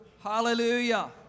hallelujah